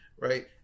right